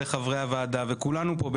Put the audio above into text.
גם חברי הוועדה וכולנו פה,